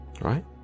Right